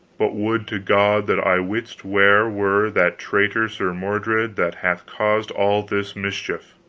but would to god that i wist where were that traitor sir mordred, that hath caused all this mischief.